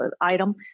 item